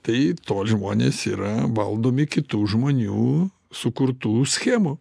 tai tol žmonės yra valdomi kitų žmonių sukurtų schemų